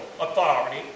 authority